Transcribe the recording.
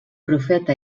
profeta